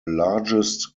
largest